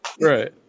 Right